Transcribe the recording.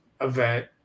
event